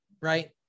Right